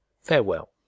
Farewell